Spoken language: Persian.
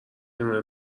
کنار